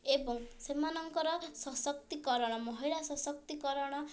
ଏବଂ ସେମାଙ୍କର ସଶକ୍ତିକରଣ ମହିଳା ସଶକ୍ତିକରଣ